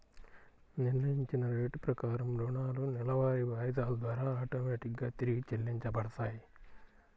నిర్ణయించిన రేటు ప్రకారం రుణాలు నెలవారీ వాయిదాల ద్వారా ఆటోమేటిక్ గా తిరిగి చెల్లించబడతాయి